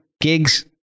gigs